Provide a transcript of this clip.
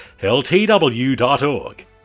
ltw.org